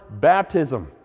baptism